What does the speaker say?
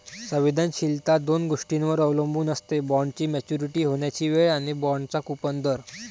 संवेदनशीलता दोन गोष्टींवर अवलंबून असते, बॉण्डची मॅच्युरिटी होण्याची वेळ आणि बाँडचा कूपन दर